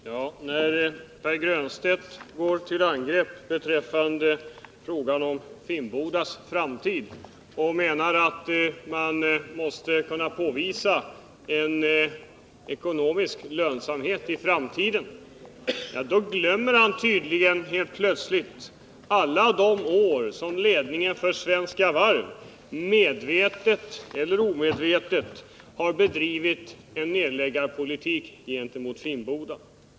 Herr talman! När Pär Granstedt gick till angrepp i frågan om Finnboda Varfs framtid och menade att detta varv måste kunna uppvisa en ekonomisk lönsamhet i framtiden glömde han tydligen helt plötsligt alla de år då ledningen för Svenska Varv — medvetet eller omedvetet — bedrivit en nedläggningspolitik gentemot Finnboda.